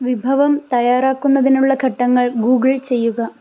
വിഭവം തയ്യാറാക്കുന്നതിനുള്ള ഘട്ടങ്ങൾ ഗൂഗിൾ ചെയ്യുക